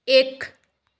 एक